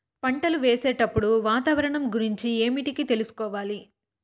పంటలు వేసేటప్పుడు వాతావరణం గురించి ఏమిటికి తెలుసుకోవాలి?